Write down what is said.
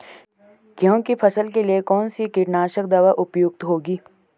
गेहूँ की फसल के लिए कौन सी कीटनाशक दवा उपयुक्त होगी?